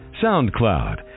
SoundCloud